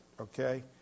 okay